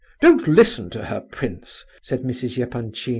don't listen to her, prince, said mrs. yeah epanchin